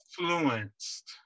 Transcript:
influenced